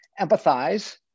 Empathize